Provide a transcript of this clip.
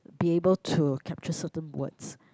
be able to capture certain words